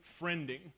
Friending